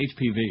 HPV